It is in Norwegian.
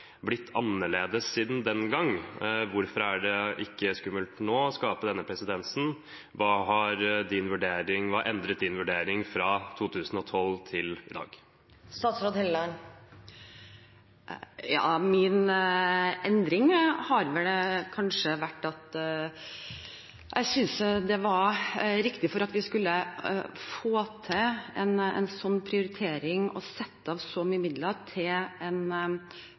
blitt annerledes siden den gang. Hvorfor er det ikke skummelt nå å skape denne presedensen? Hva har endret statsrådens vurdering fra 2012 til i dag? Min endring har vel kanskje vært at når jeg syntes det var riktig at vi skulle få til en slik prioritering og sette av så mye midler til en